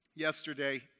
Yesterday